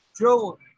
Joe